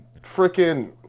freaking